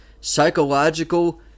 psychological